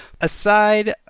Aside